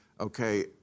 okay